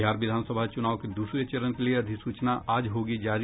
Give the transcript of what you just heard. बिहार विधानसभा चुनाव के दूसरे चरण के लिए अधिसूचना आज होगी जारी